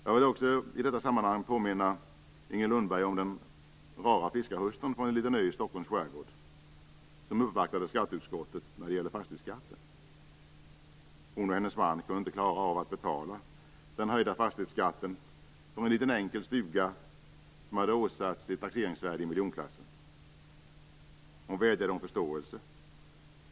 Jag vill i detta sammanhang påminna Inger Lundberg om den rara fiskarhustrun från en liten ö i Stockholms skärgård som uppvaktade skatteutskottet om fastighetsskatten. Hon och hennes man kunde inte klara av att betala den höjda fastighetsskatten på en liten enkel stuga som hade åsatts ett taxeringsvärde i miljonklassen. Hon vädjade om förståelse.